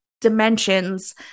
dimensions